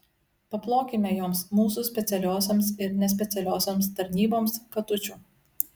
paplokime joms mūsų specialiosioms ir nespecialiosioms tarnyboms katučių